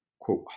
quote